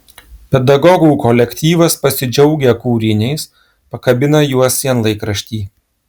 pedagogų kolektyvas pasidžiaugia kūriniais pakabina juos sienlaikrašty